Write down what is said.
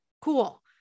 cool